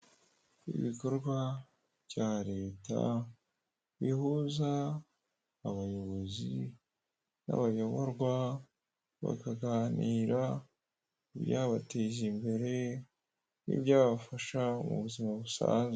Ibikorwa bya leta bihuza abayobozi n'abayoborwa bakaganira ibyabateza imbere nibyabafasha mu buzima busanzwe.